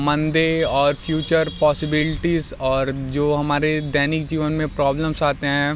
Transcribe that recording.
मंदे और future possibilities और जो हमारे दैनिक जीवन में प्रॉब्लम्स आते हैं